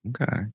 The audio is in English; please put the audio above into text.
Okay